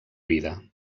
vida